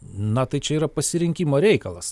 na tai čia yra pasirinkimo reikalas